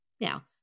Now